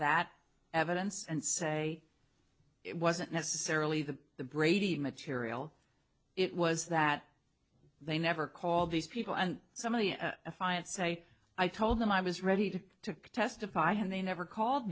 that evidence and say it wasn't necessarily the the brady material it was that they never called these people and some of the if i had say i told them i was ready to to testify and they never called